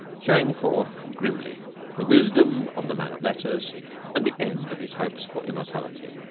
showing forth grimly the wisdom of the man of letters and the end of his hopes for immortality.